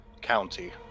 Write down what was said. county